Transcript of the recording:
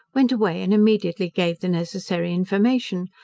went away and immediately gave the necessary information,